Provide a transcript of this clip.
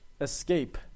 Escape